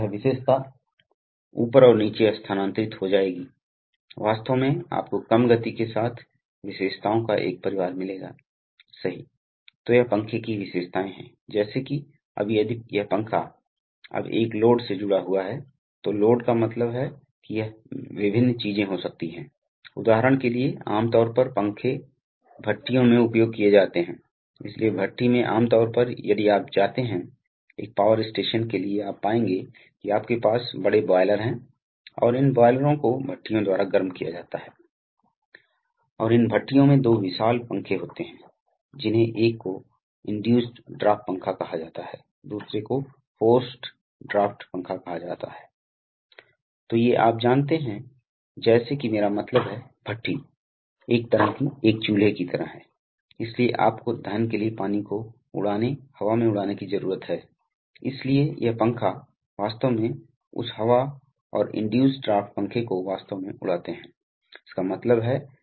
आप विस्फोटक पर्यावरण को जानते हैं हम कहते हैं कि एक प्राकृतिक गैस संयंत्र पसंद करेगा विस्फोट के खतरे से मुक्त होने के लिए न्यूमेटिक्स नियंत्रण प्रणाली के लिए बहुत सारे अनुप्रयोग होंगे इसी तरह रखरखाव आसान है इस तथ्य के कारण मेरा मतलब है कि हाइड्रोलिक सिस्टम में अगर तेल में रिसाव होता है जो एक प्रमुख रखरखाव सिरदर्द है तो सबसे पहले आप तेल खोने जा रहे हैं जो महंगा है दूसरा आप सामान्य पर्यावरण समस्या उतपन्न कर रहे हैं तीसरी बात यह ज्वलनशील भी है लेकिन न्यूमेटिक्स में यदि आप यदि आप जानते हैं कि यहां और वहां छोटी लीक हैं जो अपरिहार्य हैं तो इस तथ्य के अलावा कि एक रिसाव से हमेशा दबाव का नुकसान होने वाला है और इसलिए ऊर्जा के कुछ नुकसान इसके अलावा उस रिसाव के परिणाम न्यूनतम हैं और इसलिए रखरखाव की इतनी सख्त आवश्यकता नहीं है इसलिए रखरखाव आमतौर पर थोड़ा आसान है